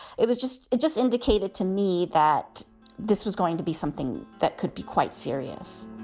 it was just it just indicated to me that this was going to be something that could be quite serious